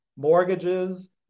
mortgages